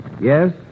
Yes